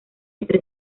entre